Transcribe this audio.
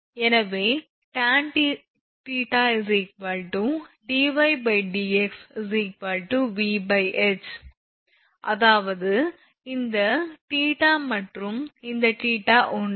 எனவே tanθ dyd VH அதாவது இந்த θ மற்றும் இந்த θ ஒன்றே